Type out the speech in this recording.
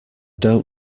don’t